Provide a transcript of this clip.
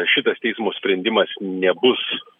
šitas teismo sprendimas nebus